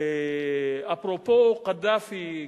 אפרופו קדאפי,